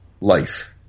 life